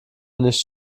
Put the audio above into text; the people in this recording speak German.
nicht